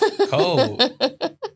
cold